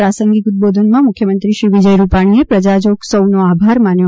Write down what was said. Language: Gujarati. પ્રાસંગિક ઉદ્દબોધનમાં મુખ્યમંત્રી શ્રી વિજય રૂપાણીએ પ્રજાજોગ સૌનો આભાર માન્યો